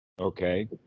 Okay